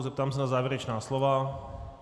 Zeptám se na závěrečná slova.